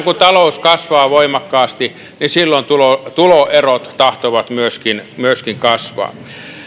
kun talous kasvaa voimakkaasti niin silloin tuloerot tahtovat myöskin myöskin kasvaa